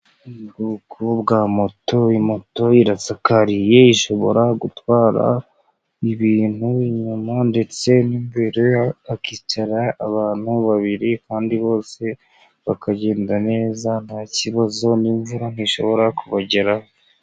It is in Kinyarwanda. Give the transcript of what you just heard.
Ubwoko bwa moto; iyi moto irasakaye ishobora gutwara ibintu inyuma, ndetse imbere hakicara abantu babiri, kandi bose bakagenda neza nta kibazo ni mvura ntishobora kubageraho.